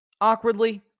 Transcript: awkwardly